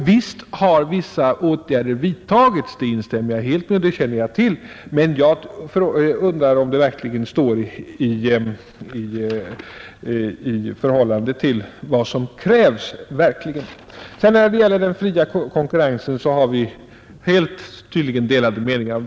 Visst har vissa åtgärder vidtagits — det instämmer jag helt i, ty det känner jag till — men jag undrar om de verkligen står i förhållande till vad som krävs. När det gäller den fria konkurrensen har vi tydligen helt delade meningar.